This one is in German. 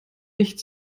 nicht